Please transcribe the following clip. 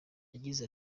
yagize